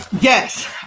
Yes